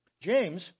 James